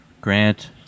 Grant